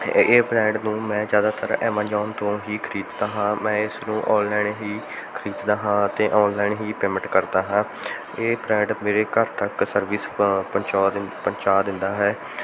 ਇਹ ਬ੍ਰੈਂਡ ਨੂੰ ਮੈਂ ਜ਼ਿਆਦਾਤਰ ਐਮਾਜੋਨ ਤੋਂ ਹੀ ਖਰੀਦਦਾ ਹਾਂ ਮੈਂ ਇਸ ਨੂੰ ਔਨਲਾਈਨ ਹੀ ਖਰੀਦਦਾ ਹਾਂ ਅਤੇ ਔਨਲਾਈਨ ਹੀ ਪੇਮੈਂਟ ਕਰਦਾ ਹਾਂ ਇਹ ਬ੍ਰੈਂਡ ਮੇਰੇ ਘਰ ਤੱਕ ਸਰਵਿਸ ਪਹੁੰਚਾ ਦਿੰਦਾ ਪਹੁੰਚਾ ਦਿੰਦਾ ਹੈ